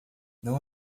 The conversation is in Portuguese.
não